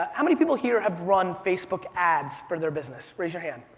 how many people here have run facebook ads for their business? raise your hand.